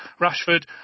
Rashford